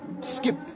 skip